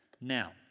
Now